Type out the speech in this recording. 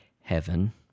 heaven